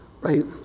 Right